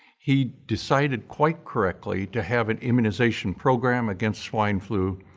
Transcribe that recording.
he decided quite correctly to have an immunization program against swine flu,